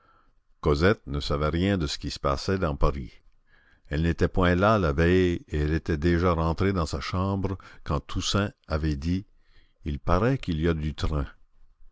cosette ne savait rien de ce qui se passait dans paris elle n'était point là la veille et elle était déjà rentrée dans sa chambre quand toussaint avait dit il paraît qu'il y a du train